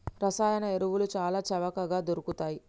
రసాయన ఎరువులు చాల చవకగ దొరుకుతయ్